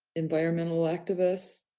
environmental activists,